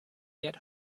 get